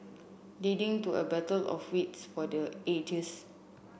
leading to a battle of wits for the ages